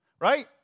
right